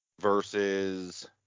versus